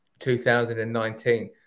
2019